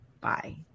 Bye